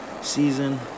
season